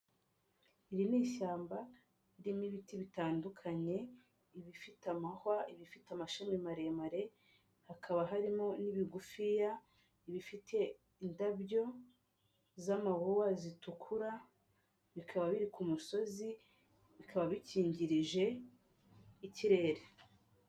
Iri ni ishyamba, ririmo ibiti bitandukanye, ibifite amahwa, ibifite amashami maremare, hakaba harimo n'ibigufiya, ibifite indabyo z'amawuwa zitukura, bikaba biri ku musozi, bikaba bikingirije ikirere.